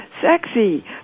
sexy